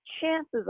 chances